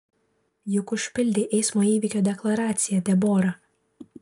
juk užpildei eismo įvykio deklaraciją debora